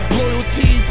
loyalty